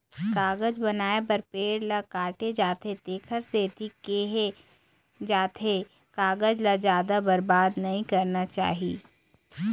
कागज बनाए बर पेड़ ल काटे जाथे तेखरे सेती केहे जाथे कागज ल जादा बरबाद नइ करना चाही